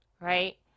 right